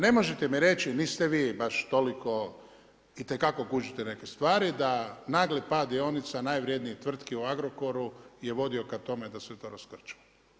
Ne možete mi reći, niste vi baš toliko itekako kužite neke stvari da nagli pad dionica najvrjednijih tvrtki u Agrokoru je vodio k tome da se to raskrčmi.